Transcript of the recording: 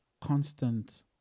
constant